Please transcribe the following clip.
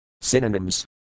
Synonyms